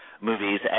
movies